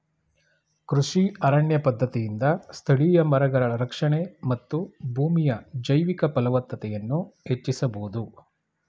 ಕೃಷಿ ಅರಣ್ಯ ಪದ್ಧತಿಯಿಂದ ಸ್ಥಳೀಯ ಮರಗಳ ರಕ್ಷಣೆ ಮತ್ತು ಭೂಮಿಯ ಜೈವಿಕ ಫಲವತ್ತತೆಯನ್ನು ಹೆಚ್ಚಿಸಬೋದು